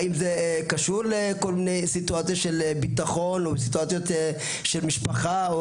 האם זה קשור לכל מיני סיטואציות של ביטחון או סיטואציות של משפחה?